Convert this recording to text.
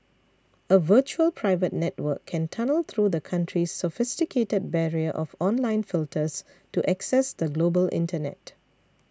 a virtual private network can tunnel through the country's sophisticated barrier of online filters to access the global internet